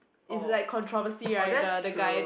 it's like controversy right the the guy